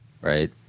right